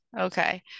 Okay